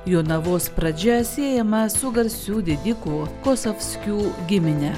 jonavos pradžia siejama su garsių didikų kosavskių gimine